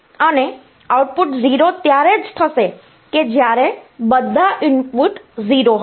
અને આઉટપુટ 0 ત્યારે જ થશે કે જ્યારે બધા ઇનપુટ્સ 0 હશે